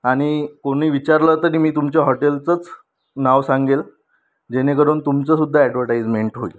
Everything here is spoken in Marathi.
आणि कोणी विचारलं तरी मी तुमच्या हॉटेलचंच नाव सांगेल जेणेकरून तुमचंसुद्धा अॅडव्हर्टाइजमेंट होईल